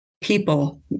people